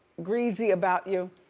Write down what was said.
greasy about you,